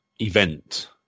event